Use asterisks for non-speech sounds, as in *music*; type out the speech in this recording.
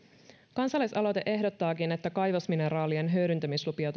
kansalaisaloite ehdottaakin että kaivosmineraalien hyödyntämislupia *unintelligible*